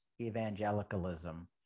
evangelicalism